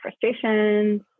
frustrations